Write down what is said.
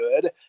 good